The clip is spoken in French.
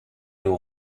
nous